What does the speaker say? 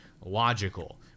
logical